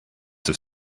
have